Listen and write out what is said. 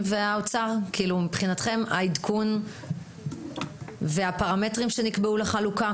מבחינתכם העדכון והפרמטרים שנקבעו לחלוקה,